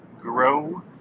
grow